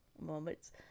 moments